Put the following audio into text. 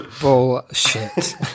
Bullshit